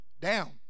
down